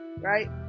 right